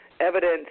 evidence